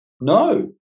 no